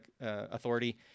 Authority